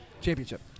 Championship